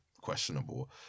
questionable